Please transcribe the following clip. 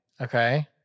okay